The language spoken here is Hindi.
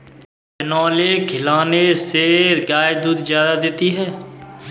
क्या बिनोले खिलाने से गाय दूध ज्यादा देती है?